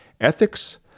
Ethics